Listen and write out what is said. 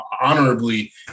honorably